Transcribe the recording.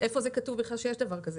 ואיפה כתוב בכלל שיש דבר כזה.